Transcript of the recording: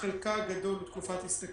חלקה הגדול של התקופה הזאת היא תקופת הסתכלות,